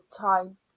time